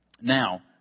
Now